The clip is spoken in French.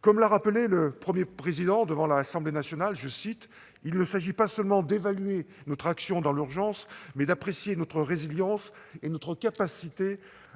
Comme l'a rappelé le Premier président devant l'Assemblée nationale, « il ne s'agit pas seulement d'évaluer notre action dans l'urgence, mais d'apprécier notre résilience et notre capacité